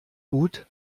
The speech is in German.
gut